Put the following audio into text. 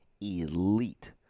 elite